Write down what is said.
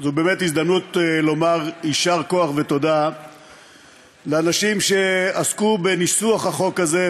זאת באמת הזדמנות לומר יישר כוח ותודה לאנשים שעסקו בניסוח החוק הזה,